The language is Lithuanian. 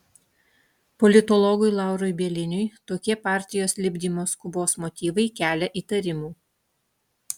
politologui laurui bieliniui tokie partijos lipdymo skubos motyvai kelia įtarimų